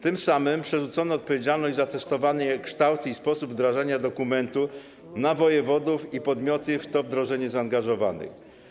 Tym samym przerzucono odpowiedzialność za testowanie, kształt i sposób wdrażania dokumentu na wojewodów i podmioty w to wdrożenie zaangażowane.